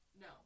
No